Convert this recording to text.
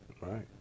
right